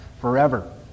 forever